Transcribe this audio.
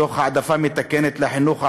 תוך העדפה מתקנת לחינוך הערבי,